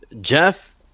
Jeff